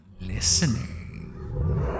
listening